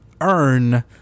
earn